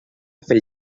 fell